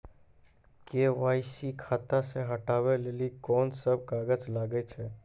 KYC खाता से हटाबै लेली कोंन सब कागज लगे छै?